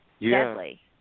deadly